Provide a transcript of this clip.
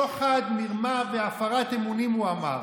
שוחד, מרמה, והפרת אמונים, הוא אמר.